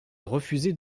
refusait